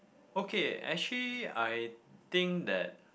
okay actually I think that